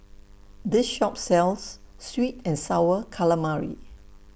This Shop sells Sweet and Sour Calamari